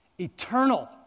eternal